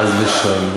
חס ושלום.